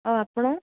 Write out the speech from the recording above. ଆଉ ଆପଣ